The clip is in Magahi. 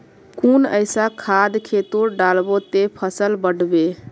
कुन ऐसा खाद खेतोत डालबो ते फसल बढ़बे?